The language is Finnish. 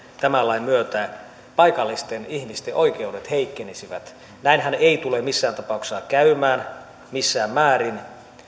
tämän lain myötä paikallisten ihmisten oikeudet heikkenisivät näinhän ei tule missään tapauksessa käymään missään määrin